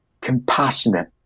compassionate